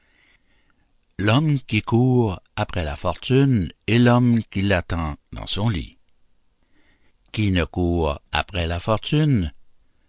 l'homme qui court après la fortune et l'homme qui l'attend dans son lit qui ne court après la fortune